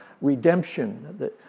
redemption